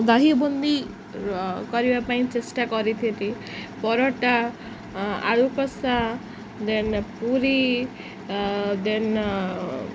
ଦହି ବୁନ୍ଦି କରିବା ପାଇଁ ଚେଷ୍ଟା କରିଥିଲି ପରଟା ଆଳୁ କଷା ଦେନ୍ ପୁରୀ ଦେନ୍